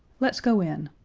let's go in.